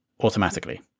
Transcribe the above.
automatically